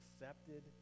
accepted